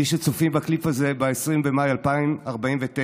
מי שצופים בקליפ הזה ב-20 במאי 2049,